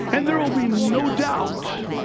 and there will be no doubt.